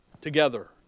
together